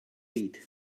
read